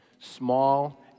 small